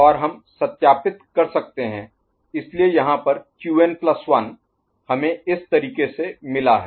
और हम सत्यापित कर सकते हैं इसलिए यहाँ पर Qn प्लस 1 Qn1 हमें इस तरीके से मिला है